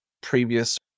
previous